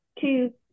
two